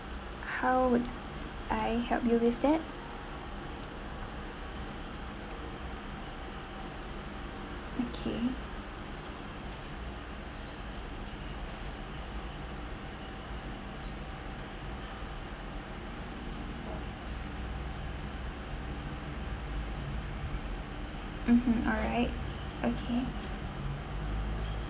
how would I help you with that okay mmhmm alright okay